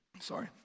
sorry